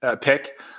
pick